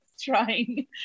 trying